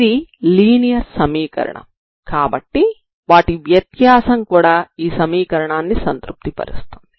ఇది లీనియర్ సమీకరణం కాబట్టి వాటి వ్యత్యాసం కూడా ఈ సమీకరణాన్ని సంతృప్తి పరుస్తుంది